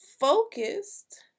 focused